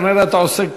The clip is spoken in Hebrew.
כנראה אתה עושה,